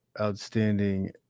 outstanding